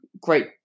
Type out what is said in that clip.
great